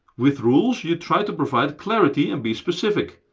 with rules, you try to provide clarity and be specific.